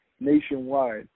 nationwide